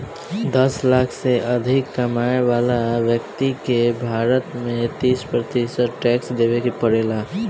दस लाख से अधिक कमाए वाला ब्यक्ति के भारत में तीस प्रतिशत टैक्स देवे के पड़ेला